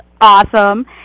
awesome